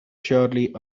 surely